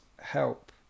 help